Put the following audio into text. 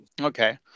Okay